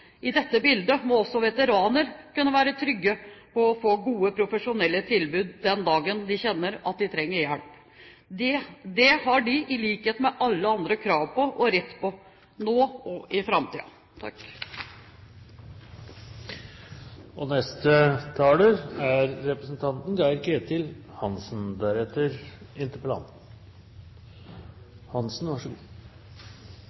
I dette bildet må også veteraner kunne være trygge på å få gode, profesjonelle tilbud den dagen de kjenner at de trenger hjelp. Det har de – i likhet med alle andre – krav på og rett til, nå og i